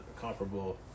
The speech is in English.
comparable